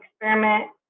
Experiment